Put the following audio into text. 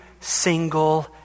single